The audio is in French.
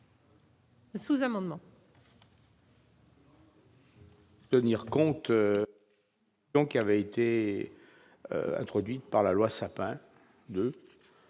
sous-amendement